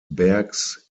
bergs